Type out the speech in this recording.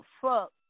fuck